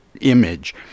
image